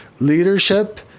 leadership